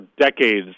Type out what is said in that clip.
decades